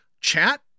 chat